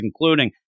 including